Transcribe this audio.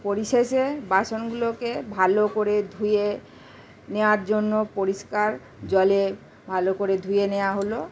পরিশেষে বাসগুলোকে ভালো করে ধুয়ে নেয়ার জন্য পরিষ্কার জলে ভালো করে ধুয়ে নেওয়া হলো